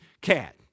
cat